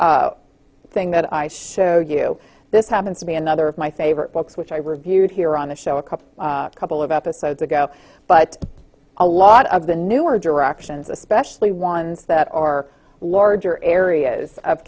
next thing that i show you this happens to be another of my favorite books which i reviewed here on the show a couple couple of episodes ago but a lot of the newer directions especially ones that are larger areas of